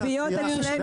אלה הריביות היום,